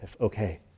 okay